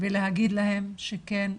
ולהגיד להם שכן,